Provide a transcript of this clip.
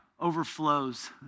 overflows